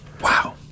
Wow